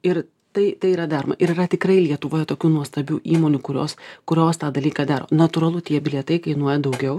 ir tai tai yra daroma ir yra tikrai lietuvoje tokių nuostabių įmonių kurios kurios tą dalyką daro natūralu tie bilietai kainuoja daugiau